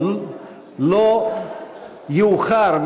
או לא יאוחר,